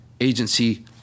agency